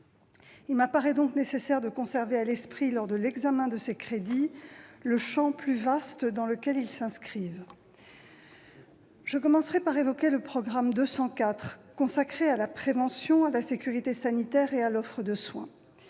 Il m'apparaît donc nécessaire de conserver à l'esprit, lors de l'examen de ces crédits, le champ plus vaste dans lequel ils s'inscrivent. Je commencerai par évoquer le programme 204, consacré à la prévention, à la sécurité sanitaire et à l'offre de soins.